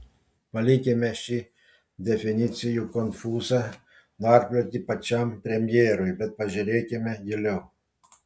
palikime šį definicijų konfūzą narplioti pačiam premjerui bet pažiūrėkime giliau